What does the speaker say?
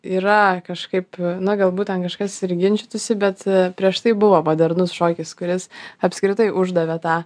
yra kažkaip na galbūt ten kažkas ir ginčytųsi bet prieš tai buvo modernus šokis kuris apskritai uždavė tą